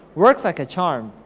works like a charm,